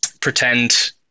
pretend